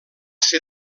ser